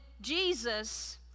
Jesus